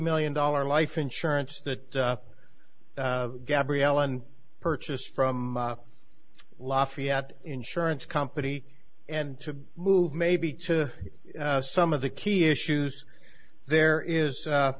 million dollar life insurance that gabrielle and purchased from lafayette insurance company and to move maybe to some of the key issues there is